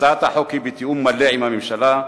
הצעת החוק היא בתיאום מלא עם הממשלה.